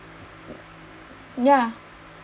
ya